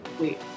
Wait